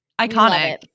iconic